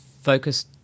focus